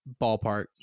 ballpark